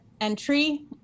entry